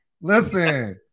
Listen